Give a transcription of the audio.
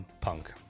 Punk